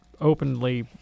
openly